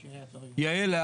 יעל,